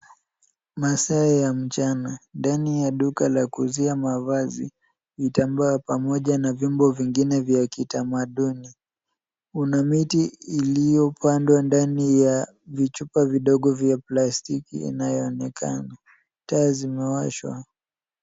Masaa ya mchana ndani ya duka la kuuziwa mavazi, vitambaa pamoja na vyombo vingine vya kitamaduni. Una miti iliyopandwa ndani ya vichupa vidogo vya plastiki inayoonekana .Taa zimeweshwa.